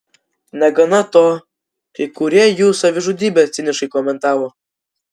negana to kai kurie jų savižudybę ciniškai komentavo